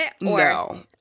No